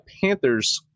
Panthers